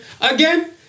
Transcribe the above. again